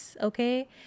Okay